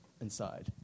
inside